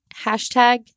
hashtag